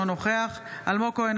אינו נוכח אלמוג כהן,